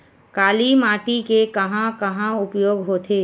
काली माटी के कहां कहा उपयोग होथे?